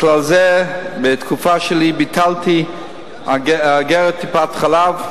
בכלל זה, בתקופה שלי ביטלתי אגרת טיפת-חלב,